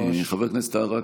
חבר הכנסת טאהא,